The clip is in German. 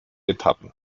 etappen